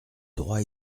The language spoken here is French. droit